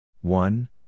one